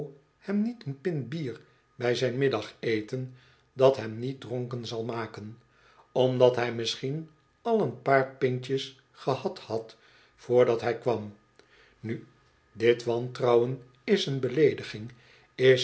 hem niet een pint bier bij zijn middageten dat hem niet dronken zal maken omdat hij misschien al een paar pintjes gehad had vrdat hij kwam nu dit wantrouwen is een beleediging is